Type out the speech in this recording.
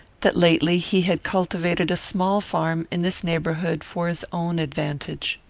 that lately he had cultivated a small farm in this neighbourhood for his own advantage.